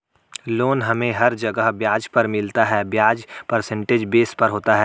loan हमे हर जगह ब्याज पर मिलता है ब्याज परसेंटेज बेस पर होता है